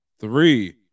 three